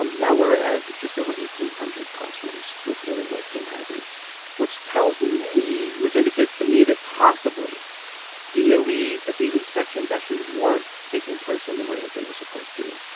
um now we're at just over eighteen hundred classrooms with peeling lead paint hazards which tells me which indicates to me that possibly dia we that these inspections actually weren't taking place in the way that they were supposed to.